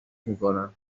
میکنند